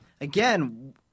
Again